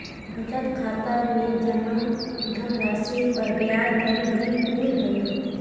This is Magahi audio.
बजट खाता में जमा धनराशि पर ब्याज दर भी मिलऽ हइ